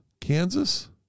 Kansas